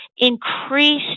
increased